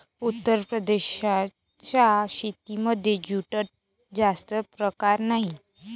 उत्तर प्रदेशाच्या शेतीमध्ये जूटचे जास्त प्रकार नाही